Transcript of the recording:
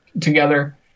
together